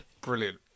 Brilliant